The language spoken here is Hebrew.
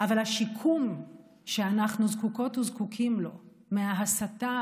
אבל השיקום שאנחנו זקוקות וזקוקים לו מההסתה,